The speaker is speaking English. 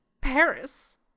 paris